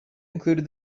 included